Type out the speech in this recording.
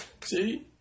See